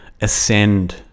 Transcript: ascend